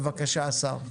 בבקשה, אדוני השר.